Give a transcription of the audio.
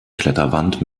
kletterwand